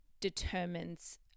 determines